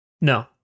No